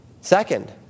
Second